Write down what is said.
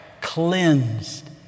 cleansed